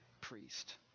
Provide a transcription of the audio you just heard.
priest